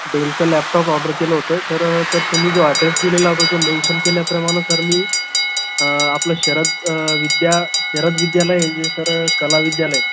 डेलचं laptop order केलं होतं sir तर तुम्ही जो ॲड्रेस दिला होता तो मेनशन केल्याप्रमाणे सर मी आपलं शरद विद्या शरद विद्यालय हे जे सर कला विद्यालय